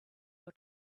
your